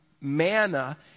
manna